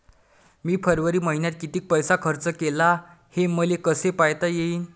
मी फरवरी मईन्यात कितीक पैसा खर्च केला, हे मले कसे पायता येईल?